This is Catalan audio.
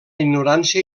ignorància